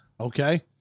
Okay